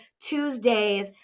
Tuesdays